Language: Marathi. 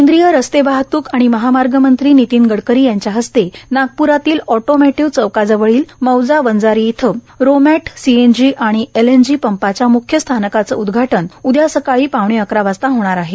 केंद्रीय रस्ते वाहतूक महामार्ग मंत्री नितीन गडकरी यांच्या हस्ते नागप्रातील ऑटोमेटीव्ह चौकाजवळील मौजा वंजारी इथं रोमॅट सीएनजी आणि एलएनजी पंपाच्या म्ख्य स्थानकाचे उदघाटन उदया सकाळी पाऊणे अकरा वाजता होणार आहे